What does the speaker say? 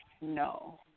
no